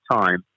time